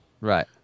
Right